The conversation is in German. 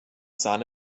sahne